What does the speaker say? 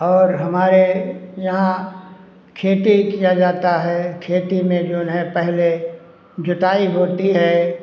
और हमारे यहाँ खेती किया जाता है खेती में जो है पहले जुताई होती है